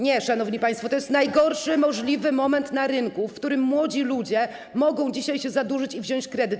Nie, szanowni państwo, to jest najgorszy możliwy moment na rynku, w którym młodzi ludzie mogą dzisiaj się zadłużyć i wziąć kredyt.